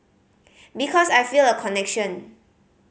because I feel a connection